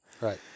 Right